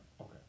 Okay